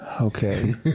Okay